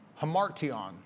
hamartion